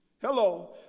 Hello